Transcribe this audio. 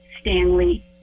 Stanley